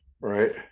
right